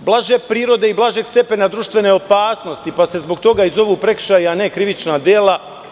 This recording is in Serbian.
blaže prirode i blažeg stepena društvene opasnosti pa se zbog toga i zovu prekršaji a ne krivična dela.